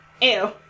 Ew